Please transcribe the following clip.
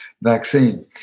vaccine